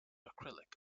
acrylic